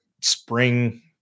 spring